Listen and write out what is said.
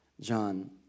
John